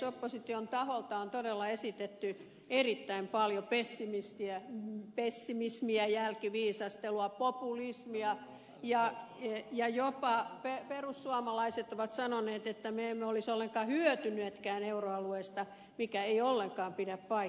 opposition taholta on todella esitetty erittäin paljon pessimismiä jälkiviisastelua populismia ja perussuomalaiset ovat jopa sanoneet että me emme olisi ollenkaan hyötyneetkään euroalueesta mikä ei ollenkaan pidä paikkaansa